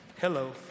hello